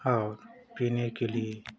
और पीने के लिए